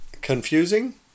confusing